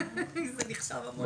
זה נחשב המון זמן.